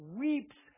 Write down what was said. weeps